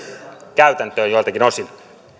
käytäntöön joiltakin osin